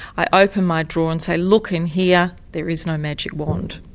i open my drawer and say look in here, there is no magic wand.